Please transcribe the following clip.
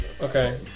Okay